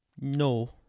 No